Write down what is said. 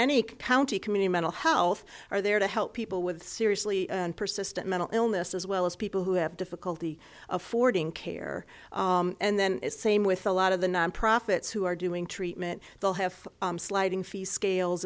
any county community mental health are there to help people with seriously persistent mental illness as well as people who have difficulty affording care and then it's same with a lot of the nonprofits who are doing treatment they'll have sliding fee scale